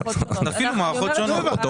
אז תפעילו מערכות שונות.